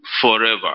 forever